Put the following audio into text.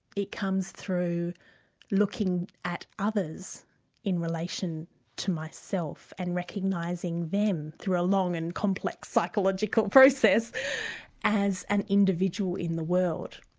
it comes through looking at others in relation to myself, and recognising them through a long and complex psychological process as an individual in the world.